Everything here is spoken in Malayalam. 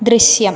ദൃശ്യം